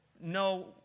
No